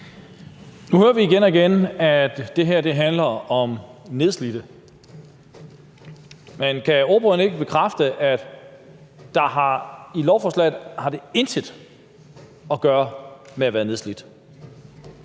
Nu hører vi igen og igen, at det her handler om nedslidte. Men kan ordføreren ikke bekræfte, at det ifølge lovforslaget intet har at gøre med at være nedslidt?